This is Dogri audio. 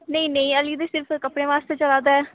नेई नेई हल्ले ते सिर्फ कपड़े वास्ते चला दा ऐ